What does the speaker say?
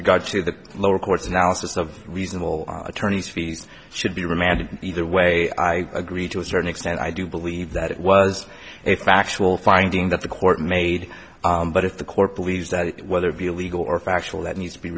regard to the lower courts analysis of reasonable attorneys fees should be remanded either way i agree to a certain extent i do believe that it was a factual finding that the court made but if the court believes that whether it be legal or factual that needs to be